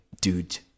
dude